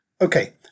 Okay